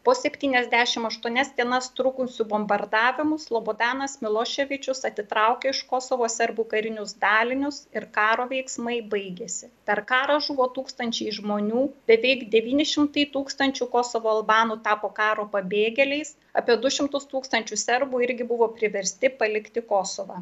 po septyniasdešim aštuonias dienas trukusių bombardavimų slobodanas miloševičius atitraukė iš kosovo serbų karinius dalinius ir karo veiksmai baigėsi per karą žuvo tūkstančiai žmonių beveik devyni šimtai tūkstančių kosovo albanų tapo karo pabėgėliais apie du šimtus tūkstančių serbų irgi buvo priversti palikti kosovą